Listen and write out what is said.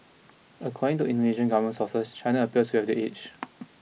according to Indonesian government sources China appears to have the edge